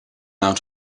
out